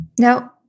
no